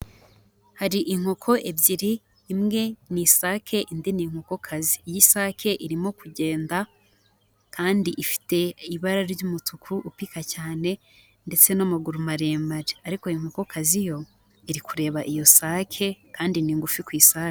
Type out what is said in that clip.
Hari inkoko ebyiri, imwe ni isake, indi ni inkokokazi, iy'isake irimo kugenda kandi ifite ibara ry'umutuku upika cyane ndetse n'amaguru maremare, ariko inkokokazi yo iri kureba iyo sake kandi ni ngufi ku isake.